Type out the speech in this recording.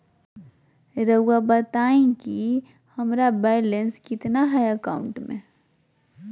रहुआ बताएं कि हमारा बैलेंस कितना है अकाउंट में?